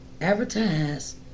advertise